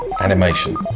Animation